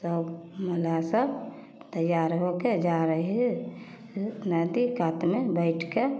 सभ मलाहसभ तैआर होके जा रहै नदी कातमे बैठिके